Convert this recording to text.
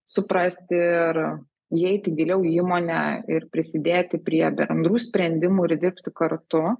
suprasti ir įeiti giliau į įmonę ir prisidėti prie bendrų sprendimų ir dirbti kartu